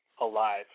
alive